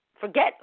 Forget